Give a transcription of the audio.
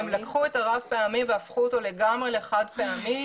הם לקחו את הרב פעמי והפכו אותו לגמרי לחד פעמי,